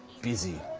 busy.